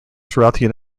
throughout